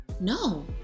No